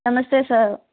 Namaste sir